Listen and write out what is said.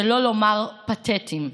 שלא לומר פתטיים.